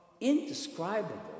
indescribable